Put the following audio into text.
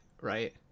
right